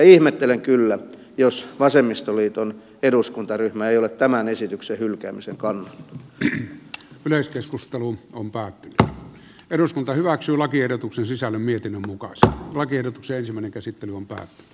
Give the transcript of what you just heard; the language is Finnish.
ihmettelen kyllä jos vasemmistoliiton eduskuntaryhmä ei ole tämän esityksen hylkäämisen kannalla eli yleiskeskusteluun on päätöstä eduskunta hyväksyi lakiehdotuksen sisällön mietinnön mukaan saa lakiehdotuksen se meneekö sitten unto o